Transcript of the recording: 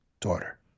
daughter